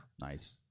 Nice